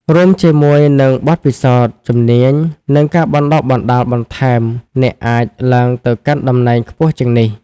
រួមជាមួយនឹងបទពិសោធន៍ ជំនាញ និងការបណ្តុះបណ្តាលបន្ថែម អ្នកអាចឡើងទៅកាន់តំណែងខ្ពស់ជាងនេះ។